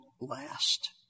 last